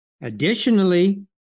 Additionally